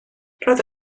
roedd